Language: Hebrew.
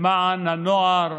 למען הנוער,